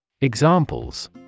Examples